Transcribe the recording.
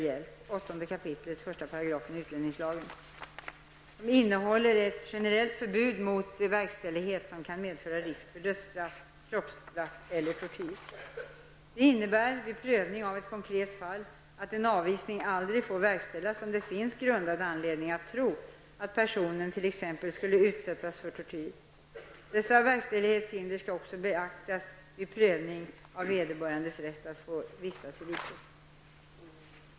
kap. 1 § utlänningslagen innehåller ett generellt förbud mot verkställighet som kan medföra risk för dödsstraff, kroppsstraff eller tortyr. Det innebär, vid prövning av ett konkret fall, att en avvisning aldrig får verkställas om det finns grundad anledning att tro att personen t.ex. skulle utsättas för tortyr. Dessa verkställighetshinder skall också beaktas vid prövningen av vederbörandes rätt att få vistas i riket.